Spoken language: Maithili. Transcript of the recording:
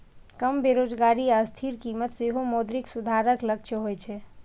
कम बेरोजगारी आ स्थिर कीमत सेहो मौद्रिक सुधारक लक्ष्य होइ छै